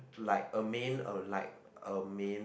like a main or like a main